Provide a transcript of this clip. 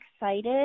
excited